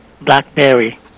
BlackBerry